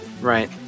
right